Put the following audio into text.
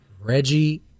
Reggie